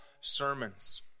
sermons